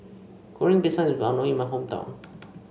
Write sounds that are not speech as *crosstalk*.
Goreng Pisang *unintelligible* well known in my hometown